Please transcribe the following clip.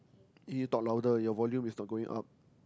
you need to talk louder your volume is not going up